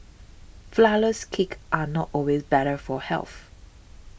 Flourless Cakes are not always better for health